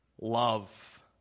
love